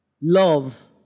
Love